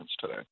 today